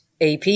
AP